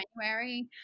January